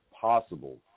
possible